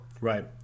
Right